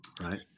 Right